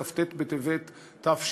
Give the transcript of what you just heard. כ"ט בטבת תשע"ד,